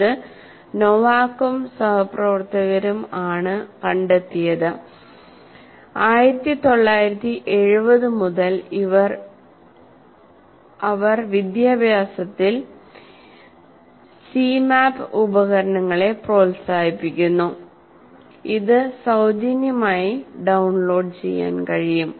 ഇത് നോവാക്കും സഹപ്രവർത്തകരും ആണ് കണ്ടെത്തിയത് 1970 മുതൽ അവർ വിദ്യാഭ്യാസത്തിൽ Cmap ഉപകരണങ്ങളെ പ്രോത്സാഹിപ്പിക്കുന്നു ഇത് സൌജന്യമായി ഡൌൺലോഡ് ചെയ്യാൻ കഴിയും